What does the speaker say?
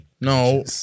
No